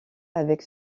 avec